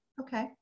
Okay